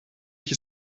ich